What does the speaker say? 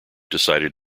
decided